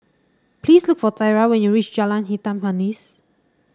please look for Thyra when you reach Jalan Hitam Manis